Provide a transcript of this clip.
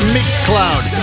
Mixcloud